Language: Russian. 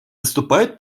наступает